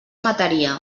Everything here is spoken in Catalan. mataria